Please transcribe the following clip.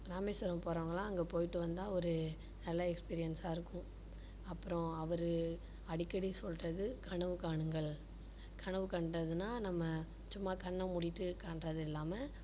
ராமேஸ்வரம் போகிறவங்கலாம் அங்கே போயிட்டு வந்தால் ஒரு நல்ல எக்ஸ்பீரியன்சாயிருக்கும் அப்புறம் அவர் அடிக்கடி சொல்வது கனவு காணுங்கள் கனவு கண்டதுனால் நம்ம சும்மா கண்ணை மூடிகிட்டு காண்கிறது இல்லாமல்